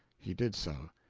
he did so.